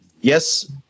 yes